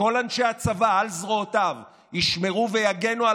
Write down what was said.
וכל אנשי הצבא על זרועותיו ישמרו ויגנו על